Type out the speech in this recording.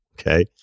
Okay